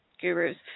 gurus